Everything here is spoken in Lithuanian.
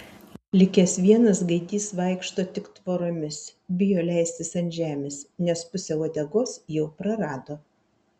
likęs vienas gaidys vaikšto tik tvoromis bijo leistis ant žemės nes pusę uodegos jau prarado